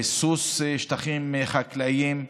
ריסוס שטחים חקלאיים.